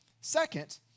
Second